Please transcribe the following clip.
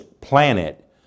planet